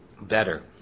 better